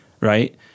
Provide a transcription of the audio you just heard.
right